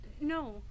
No